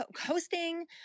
hosting